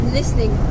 listening